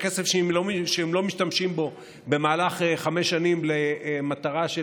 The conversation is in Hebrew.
שאם הם לא משתמשים בו במהלך חמש שנים למטרה של